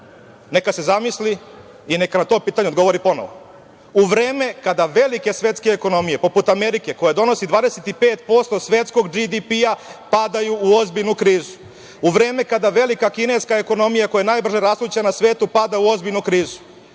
neka se zamisli i neka na to pitanje odgovori ponovo. U vreme kada velike svetske ekonomije, poput Amerike, koja donosi 25% svetskog BDP, padaju u ozbiljnu krizu, u vreme kada velika kineska ekonomija, koja je najbrže rastuća na svetu, pada u ozbiljnu krizu,